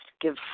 give